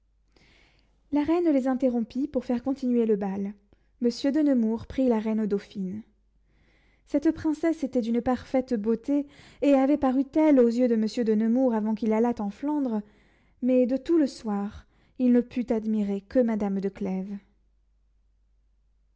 la reine les interrompit pour faire continuer le bal monsieur de nemours prit la reine dauphine cette princesse était d'une parfaite beauté et avait paru telle aux yeux de monsieur de nemours avant qu'il allât en flandre mais de tout le soir il ne put admirer que madame de clèves